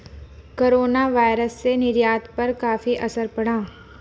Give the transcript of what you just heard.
coronavirus से निर्यात पर काफी असर पड़ा